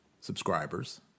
subscribers